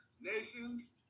Nations